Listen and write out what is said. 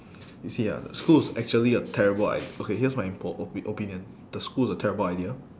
you see ah the school is actually a terrible i~ okay here's my po~ opi~ opinion the school is a terrible idea